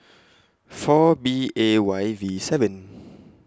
four B A Y V seven